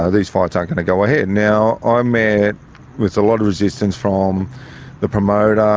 ah these fights aren't going to go ahead. and now i met with a lot of resistance from the promoter,